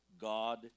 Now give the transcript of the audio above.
god